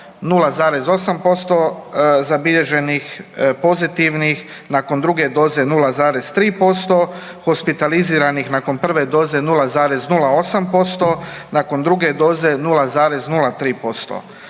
0,8% zabilježenih pozitivnih, nakon druge doze 0,3%. Hospitaliziranih nakon prve doze 0,08%, nakon druge doze 0,03%.